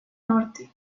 norte